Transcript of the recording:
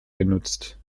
genutzt